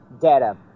Data